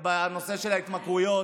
בנושא ההתמכרויות,